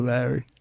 Larry